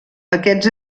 aquests